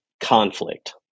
conflict